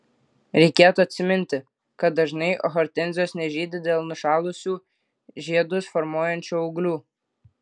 reikėtų atsiminti kad dažnai hortenzijos nežydi dėl nušalusių žiedus formuojančių ūglių